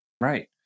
Right